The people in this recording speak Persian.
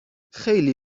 خیلی